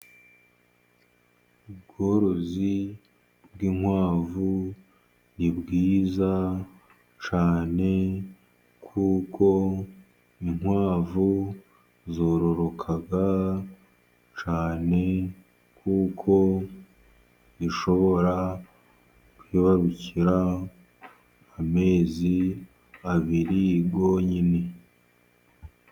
Ubworozi bw'inkwavu ni bwiza cyane kuko inkwavu zororoka cyane, kuko zishobora kwibarukira amezi abiri yonyine.